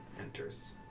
enters